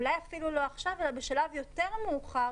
אולי אפילו לא עכשיו אבל שבשלב יותר מאוחר